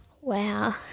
Wow